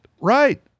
Right